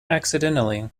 accidentally